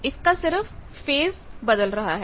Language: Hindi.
इसका सिर्फ फेज बदल रहा है